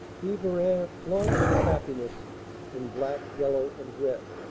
quievrain flaunts its happiness in black, yellow and red.